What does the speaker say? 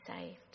saved